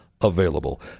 available